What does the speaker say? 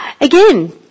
Again